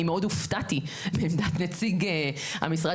אני מאוד הופתעתי מעמדת נציג המשרד